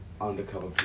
undercover